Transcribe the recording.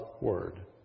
word